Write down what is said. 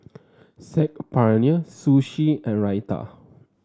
Saag Paneer Sushi and Raita